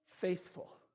faithful